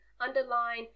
underline